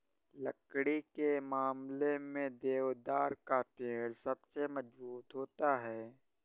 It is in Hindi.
लकड़ी के मामले में देवदार का पेड़ सबसे मज़बूत होता है